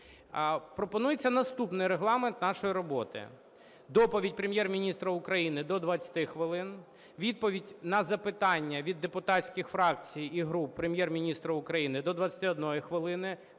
Пропонується наступний регламент нашої роботи. Доповідь Прем'єр-міністра України – до 20 хвилин; відповіді на запитання від депутатських фракцій і груп Прем'єр-міністра України – до 21 хвилини